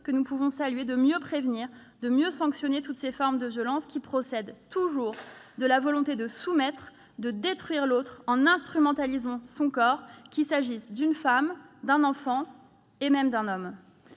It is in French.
de notre ambition commune de mieux prévenir, de mieux sanctionner toutes ces formes de violence qui procèdent toujours de la volonté de soumettre, de détruire l'autre en instrumentalisant son corps, qu'il s'agisse d'une femme, d'un enfant, et même d'un homme.